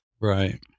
Right